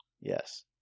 yes